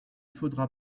faudra